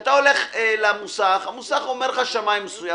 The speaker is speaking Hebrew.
כאשר אתה הולך למוסך, המוסך מציע לך שמאי מסוים.